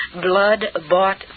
blood-bought